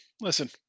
listen